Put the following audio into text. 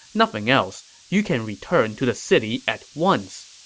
nothing else. you can return to the city at once.